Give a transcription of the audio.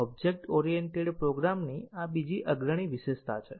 object oriented પ્રોગ્રામિંગની આ બીજી અગ્રણી વિશેષતા છે